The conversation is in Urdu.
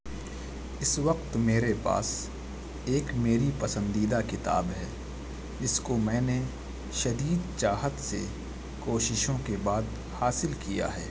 اس وقت میرے پاس ایک میری پسندیدہ کتاب ہے جس کو میں نے شدید چاہت سے کوششوں کے بعد حاصل کیا ہے